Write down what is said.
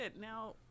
Now